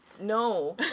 No